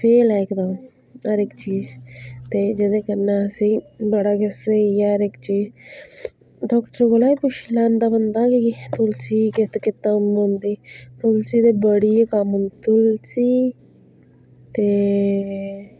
fail ऐ इकदम हर इक चीज ते जेह्दे कन्नै असेंई बड़ा किश स्हेई ऐ हर इक चीज डाक्टरै कोला पुच्छी लैंदा बंदा कि तुलसी केत केत कम्म औंदी ते तुलसी ते बड़ी गै कम्म औंदी तुलसी ते